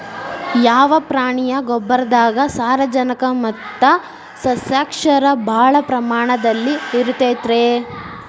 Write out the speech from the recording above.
ಯಾವ ಪ್ರಾಣಿಯ ಗೊಬ್ಬರದಾಗ ಸಾರಜನಕ ಮತ್ತ ಸಸ್ಯಕ್ಷಾರ ಭಾಳ ಪ್ರಮಾಣದಲ್ಲಿ ಇರುತೈತರೇ?